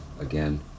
again